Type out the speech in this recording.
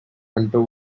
hunter